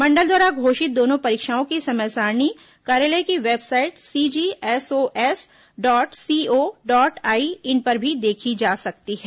मंडल द्वारा घोषित दोनों परीक्षाओं की समय सारिणी कार्यालय की website CGSOS dot C O dot I in पर भी देखी जा सकती है